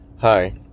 Hi